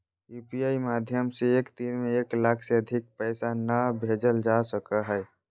UPI माध्यम से एक दिन में एक लाख से अधिक पैसा नय भेजल जा सको हय